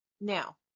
Now